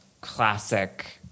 classic